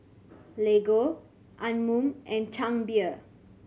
Lego Anmum and Chang Beer